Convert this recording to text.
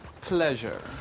pleasure